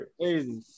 crazy